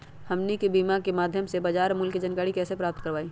हमनी के मोबाइल के माध्यम से बाजार मूल्य के जानकारी कैसे प्राप्त करवाई?